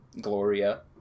gloria